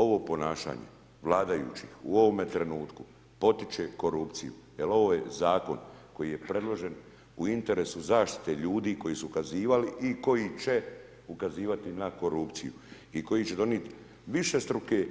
Ovo ponašanje vladajućih u ovome trenutku potiče korupciju jer ovo je zakon koji je predložen u interesu zaštite ljudi koji su ukazivali i koji će ukazivati na korupciju i koji će donijeti višestruke